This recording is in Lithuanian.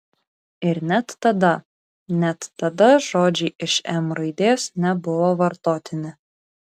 ir net tada net tada žodžiai iš m raidės nebuvo vartotini